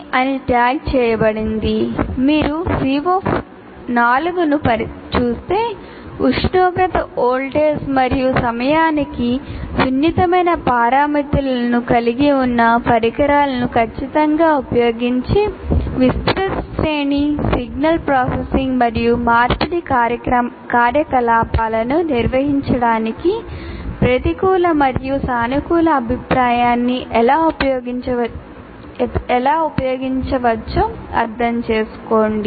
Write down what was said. అని ట్యాగ్ చేయబడింది మీరు CO4 ను చూస్తే ఉష్ణోగ్రత వోల్టేజ్ మరియు సమయానికి సున్నితమైన పారామితులను కలిగి ఉన్న పరికరాలను ఖచ్చితంగా ఉపయోగించి విస్తృత శ్రేణి సిగ్నల్ ప్రాసెసింగ్ మరియు మార్పిడి కార్యకలాపాలను నిర్వహించడానికి ప్రతికూల మరియు సానుకూల అభిప్రాయాన్ని ఎలా ఉపయోగించవచ్చో అర్థం చేసుకోండి